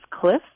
cliffs